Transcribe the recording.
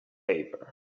favor